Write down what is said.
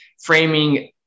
framing